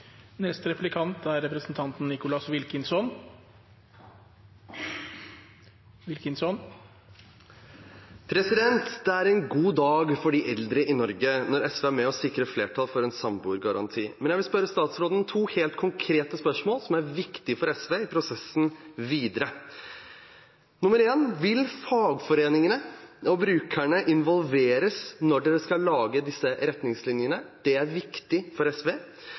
Det er en god dag for de eldre i Norge når SV er med og sikrer flertall for en samboergaranti. Men jeg vil stille statsråden to helt konkrete spørsmål som er viktige for SV i prosessen videre. Nummer en: Vil fagforeningene og brukerne involveres når man skal lage disse retningslinjene? Det er viktig for SV.